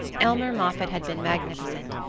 elmer moffatt had been magnificent,